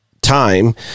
time